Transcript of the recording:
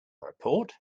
report